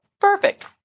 Perfect